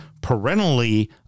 parentally